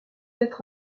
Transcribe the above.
être